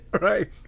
right